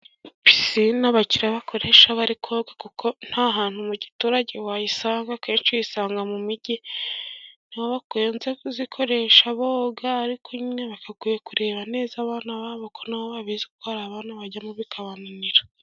Pisine abakire bakoresha bari koga, kuko nta hantu mu giturage wayisanga, akenshi uyisanga mu mijyi, ni ho bakunze kuzikoresha boga. Ariko nyine, bagakwiye kureba neza abana babo kuko na bo babizi, kuko hari abana bajyamo bikabananira.